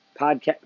Podcast